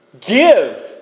give